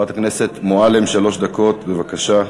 חברת הכנסת מועלם, שלוש דקות, בבקשה.